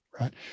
Right